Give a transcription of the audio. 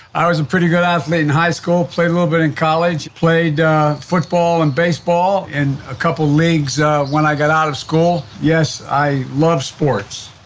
i was a pretty good athlete in high school, played a little bit in college, played football and baseball in a couple leagues when i got out of school. yes, i love sports.